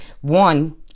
one